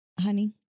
Honey